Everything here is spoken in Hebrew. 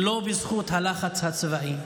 לא בזכות הלחץ הצבאי,